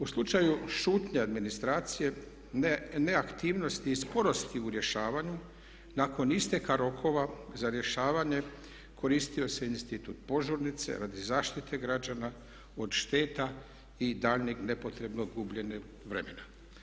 U slučaju šutnje administracije, neaktivnosti i sporosti u rješavanju nakon isteka rokova za rješavanje koristio se institut požurnice radi zaštite građana od šteta i daljnjeg nepotrebnog gubljenja vremena.